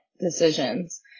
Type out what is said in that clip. decisions